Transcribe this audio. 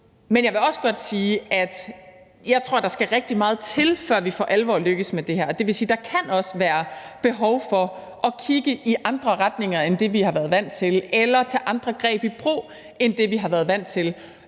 Men jeg vil også godt sige, at jeg tror, der skal rigtig meget til, før vi for alvor lykkes med det her. Det vil sige, at der også kan være behov for at kigge i andre retninger end dem, vi har været vant til, eller at tage andre greb i brug end dem, vi har været vant til.